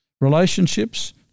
Relationships